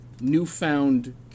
newfound